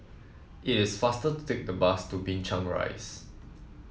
it is faster to take the bus to Binchang Rise